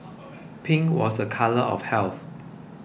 pink was a colour of health